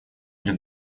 для